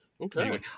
Okay